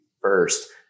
first